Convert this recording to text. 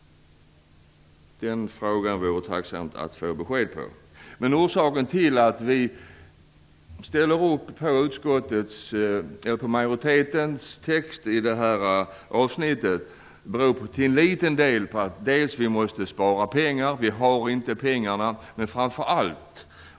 Jag vore tacksam om jag kunde få svar på den frågan. Anledningen till att vi ställer upp bakom majoritetens text i detta avsnitt är till liten del att vi måste spara pengar. Vi har inte dessa pengar.